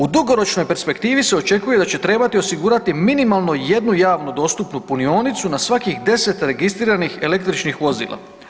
U dugoročnoj perspektivi se očekuje da će trebati osigurati minimalno jednu javno dostupnu punionicu na svakih 10 registriranih električnih vozila.